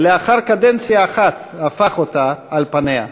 ולאחר קדנציה אחת הפך אותה על פיה.